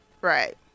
right